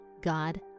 God